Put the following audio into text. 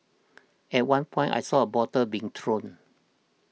at one point I saw a bottle being thrown